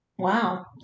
Wow